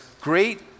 great